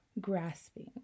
grasping